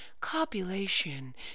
copulation